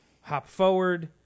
hop-forward